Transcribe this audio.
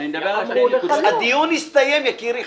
הדיון הסתיים, יקירי.